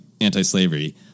anti-slavery